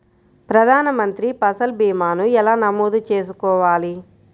ప్రధాన మంత్రి పసల్ భీమాను ఎలా నమోదు చేసుకోవాలి?